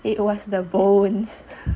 it was the bones